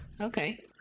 okay